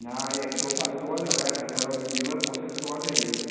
ना एकस'आव पास्स' थाखा जाबाय हाजाराव बिदिब्ला पन्सास थाखा जायो